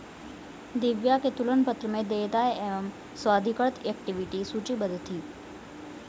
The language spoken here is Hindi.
दिव्या के तुलन पत्र में देयताएं एवं स्वाधिकृत इक्विटी सूचीबद्ध थी